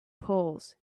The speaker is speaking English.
poles